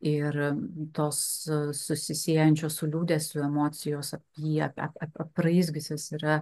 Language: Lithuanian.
ir tos susisiejančios su liūdesiu emocijos liepia ap apraizgiusios yra